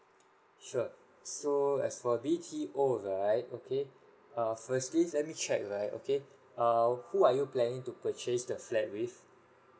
sure so as for B_T_O right okay err firstly let me check right okay err who are you planning to purchase the flat with